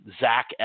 Zach